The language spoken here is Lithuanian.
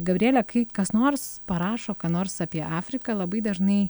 gabriele kai kas nors parašo ką nors apie afriką labai dažnai